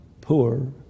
poor